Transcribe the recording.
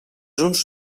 uns